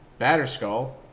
Batterskull